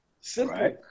Simple